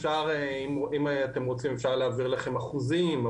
אם אתם רוצים אפשר להעביר לכם אחוזים,